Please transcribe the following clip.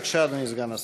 בבקשה, אדוני סגן השר.